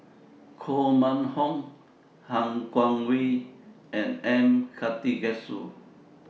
Koh Mun Hong Han Guangwei and M Karthigesu